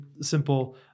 simple